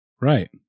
Right